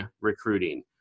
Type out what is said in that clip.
recruiting